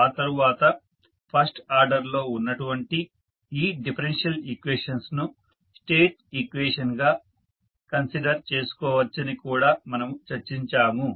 ఆ తరువాత first order లో ఉన్నటువంటి ఈ డిఫరెన్షియల్ ఈక్వేషన్స్ ను స్టేట్ ఈక్వేషన్ గా కన్సిడర్ చేసుకోవచ్చని కూడా మనము చర్చించాము